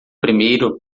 primeiro